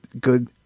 good